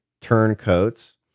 turncoats